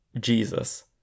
Jesus